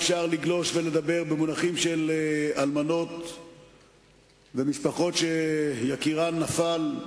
אפשר לגלוש ולדבר במונחים של אלמנות ומשפחות שיקירן נפל,